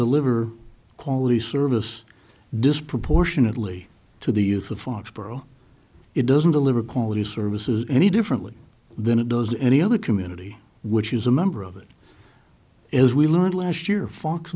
deliver quality service disproportionately to the youth of foxboro it doesn't deliver quality services any differently than it does any other community which is a member of it as we learned last year fox